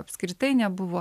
apskritai nebuvo